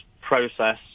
process